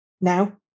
Now